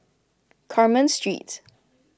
Carmen Street